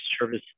service